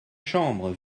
chambre